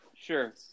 Sure